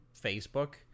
Facebook